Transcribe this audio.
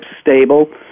stable